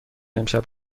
امشب